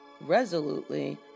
resolutely